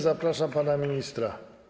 Zapraszam pana ministra.